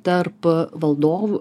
tarp valdovų